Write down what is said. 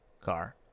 car